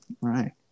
Right